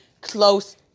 close